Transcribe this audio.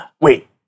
wait